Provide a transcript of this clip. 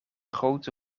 grote